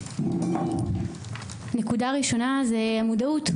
הנקודה הראשונה היא מודעות.